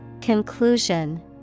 Conclusion